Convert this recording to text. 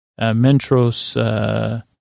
Mentros